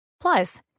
Plus